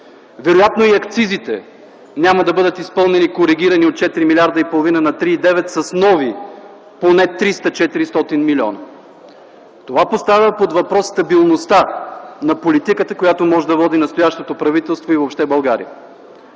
Вероятно и акцизите няма да бъдат изпълнени и коригирани от 4 млрд. и половина на 3,9 с нови поне 300-400 милиона. Това поставя под въпрос стабилността на политиката, която може да води настоящото правителство и въобще България.